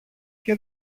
και